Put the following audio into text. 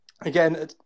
again